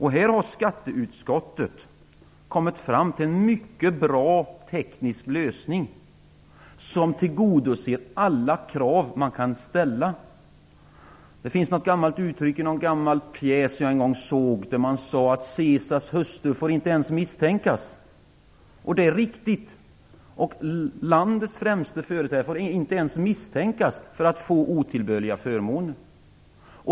Här har skatteutskottet kommit fram till en mycket bra teknisk lösning, som tillgodoser alla krav som kan ställas. Det finns ett uttryck från en gammal pjäs som jag en gång såg, och det är att "Caesars hustru får inte ens misstänkas". Det är riktigt. Landets främste företrädare får inte ens misstänkas för att få otillbörliga förmåner.